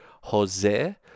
jose